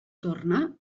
torna